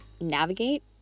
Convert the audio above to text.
navigate